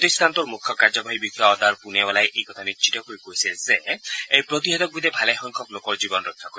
প্ৰতিষ্ঠানটোৰ মুখ্য কাৰ্যবাহী বিষয়া অডাৰ পুনেৱালাই এই কথা নিশ্চিত কৰি কৈছে যে এই প্ৰতিষেধকবিধে ভালেসংখ্যক লোকৰ জীৱন ৰক্ষা কৰিব